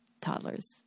toddlers